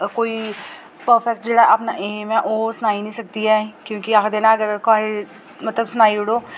कोई परफेक्ट जेह्ड़ा अपना ऐम ऐ ओह् सनाई निं सकदी ऐ क्योंकि आखदे न अगर कोई मतलब सनाई ओड़ो